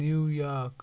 New York